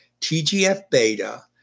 TGF-beta